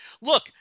Look